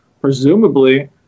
presumably